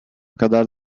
kadar